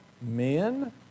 men